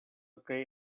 grey